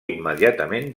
immediatament